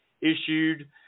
issued